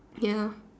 ya